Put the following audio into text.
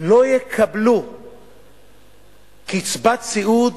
לא יקבלו קצבת סיעוד